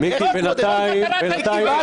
מיקי, בינתיים, את ההתנתקות העביר הליכוד.